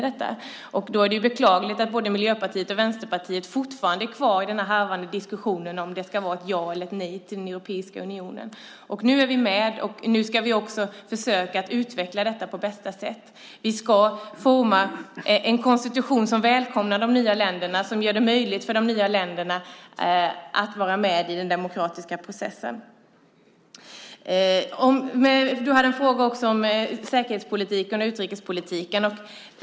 Det är då beklagligt att både Miljöpartiet och Vänsterpartiet fortfarande är kvar i den harvande diskussionen om det ska vara ett ja eller nej till den europeiska unionen. Nu är vi med, och nu ska vi också försöka utveckla det på bästa sätt. Vi ska forma en konstitution som välkomnar de nya länderna och gör det möjligt för dem att vara med i den demokratiska processen. Du hade också en fråga om säkerhetspolitiken och utrikespolitiken.